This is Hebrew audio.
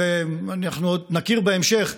ואנחנו עוד נכיר בהמשך,